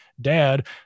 dad